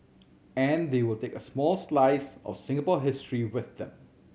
and they will take a small slice of Singapore history with them